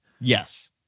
Yes